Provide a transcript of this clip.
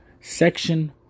Section